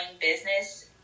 business